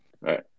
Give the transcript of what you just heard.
right